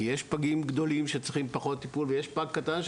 כי יש פגים גדולים שצריכים פחות טיפול ויש פג קטן,